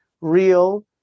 real